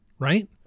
right